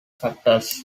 factors